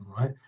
right